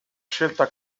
scelta